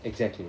exactly